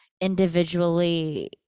individually